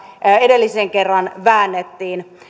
edellisen kerran väännettiin